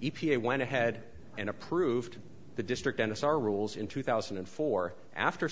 e p a went ahead and approved the district and it's our rules in two thousand and four after